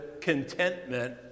contentment